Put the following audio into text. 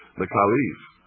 the caliph,